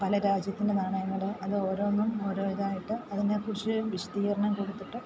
പല രാജ്യത്തിന്റെ നാണയങ്ങൾ അത് ഓരോന്നും ഓരോ ഇതായിട്ട് അതിന് വിശദീകരണം കൊടുത്തിട്ട്